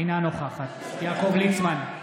אינה נוכחת יעקב ליצמן,